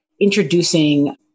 introducing